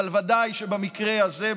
ודאי שבמקרה הזה,